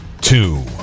two